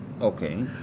Okay